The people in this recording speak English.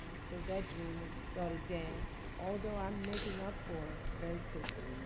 so that dream was sort of dashed, although i'm making up for it very quickly.